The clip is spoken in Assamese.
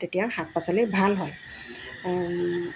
তেতিয়া শাক পাচলি ভাল হয়